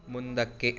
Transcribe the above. ಮುಂದಕ್ಕೆ